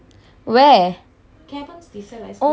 oh my god how can I not know that